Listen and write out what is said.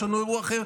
יש לנו אירוע אחר,